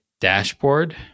dashboard